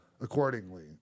accordingly